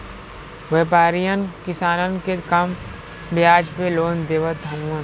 व्यापरीयन किसानन के कम बियाज पे लोन देवत हउवन